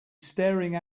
staring